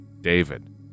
David